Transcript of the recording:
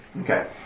Okay